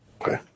Okay